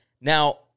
Now